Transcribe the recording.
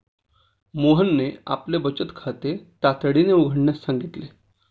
मोहनने आपले बचत खाते तातडीने उघडण्यास सांगितले